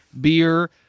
beer